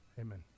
amen